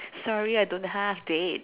sorry I don't have a date